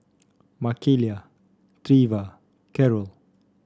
Makaila Treva Carol